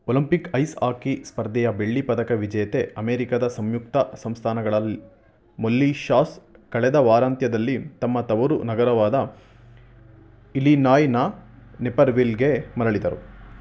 Olympic ice hockey ಸ್ಪರ್ಧೆಯ ಬೆಳ್ಳಿ ಪದಕ ವಿಜೇತೆ ಅಮೆರಿಕದ ಸಂಯುಕ್ತ ಸಂಸ್ಥಾನಗಳ ಮೊಲ್ಲಿ ಶಾಸ್ ಕಳೆದ ವಾರಾಂತ್ಯದಲ್ಲಿ ತಮ್ಮ ತವರು ನಗರವಾದ ಇಲಿನಾಯ್ನ ನೇಪರ್ವಿಲ್ಗೆ ಮರಳಿದರು